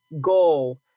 goal